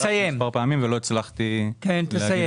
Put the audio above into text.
את הסעיף הראשון שהיה רביזיה על פטור ממס במכירת תרופות שאינן